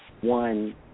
one